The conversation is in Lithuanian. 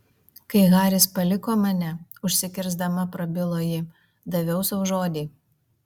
kai haris paliko mane užsikirsdama prabilo ji daviau sau žodį